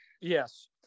Yes